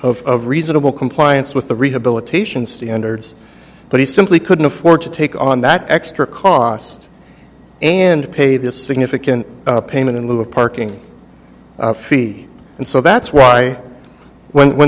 of reasonable compliance with the rehabilitation standards but he simply couldn't afford to take on that extra cost and pay this significant payment in lieu of parking fee and so that's why i went when